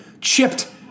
chipped